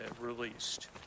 released